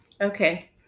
Okay